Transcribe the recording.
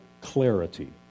clarity